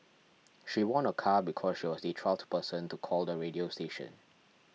she won a car because she was the twelfth person to call the radio station